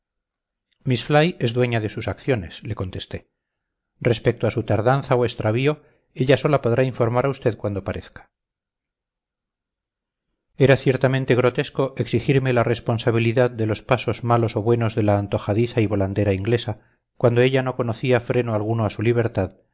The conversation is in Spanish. fly es dueña de sus acciones le contesté respecto a su tardanza o extravío ella sola podrá informar a usted cuando parezca era ciertamente grotesco exigirme la responsabilidad de los pasos malos o buenos de la antojadiza y volandera inglesa cuando ella no conocía freno alguno a su libertad